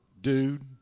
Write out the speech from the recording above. dude